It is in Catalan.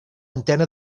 antena